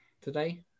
today